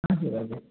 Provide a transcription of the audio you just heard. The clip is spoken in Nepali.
हजुर हजुर